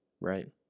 right